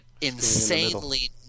insanely